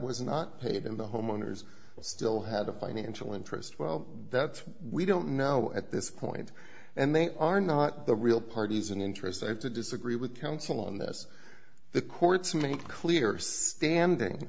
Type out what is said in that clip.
was not paid in the homeowners still had a financial interest well that's we don't know at this point and they are not the real parties in interest i have to disagree with council on this the courts make clear sanding